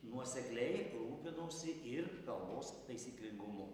nuosekliai rūpinosi ir kalbos taisyklingumu